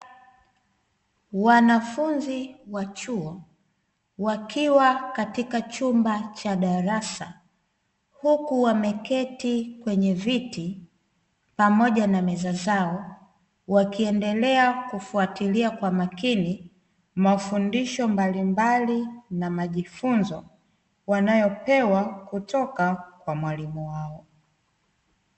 Wanafunzi wa chuo wakiwa katika chumba cha darasa, huku wameketi kwenye viti pamoja na meza zao, wakiendelea kufuatilia kwa makini mafundisho mbalimbali na majifunzo, wanayopewa kutoka kwa mwalimu wao.